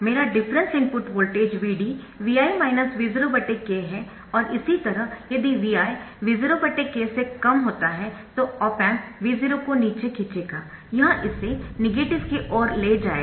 मेरा difference input voltage Vd Vi V0 k है और इसी तरह यदि Vi V0 k से कम होता है तो ऑप एम्प V0 को नीचे खींचेगा यह इसे नेगेटिव की ओर ले जायेगा